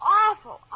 awful